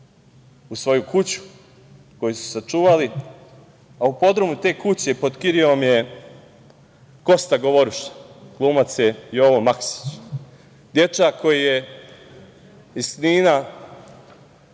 u svoju kuću, koju su sačuvali. U podrumu te kuće pod kirijom je Kosta Govoruša, glumac je Jovo Maksić, dečak koji je iz Knina